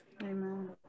Amen